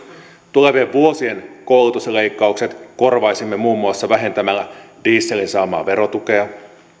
tulevien vuosien koulutusleikkaukset korvaisimme muun muassa vähentämällä dieselin saamaa verotukea